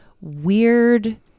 weird